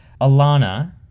Alana